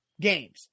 games